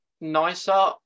nicer